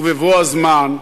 ובבוא הזמן,